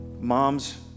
Moms